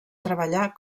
treballar